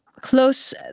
close